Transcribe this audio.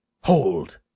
Hold